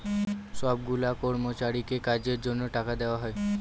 সব গুলা কর্মচারীকে কাজের জন্য টাকা দেওয়া হয়